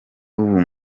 ubu